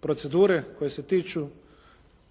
procedure koje se tiču